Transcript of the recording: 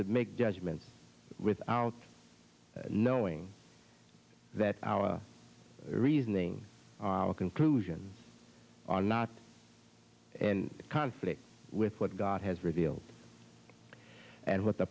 to make judgments without knowing that our reasoning our conclusions are not in conflict with what god has revealed and what the